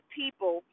people